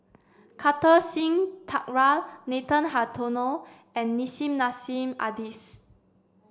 Kartar Singh Thakral Nathan Hartono and Nissim Nassim Adis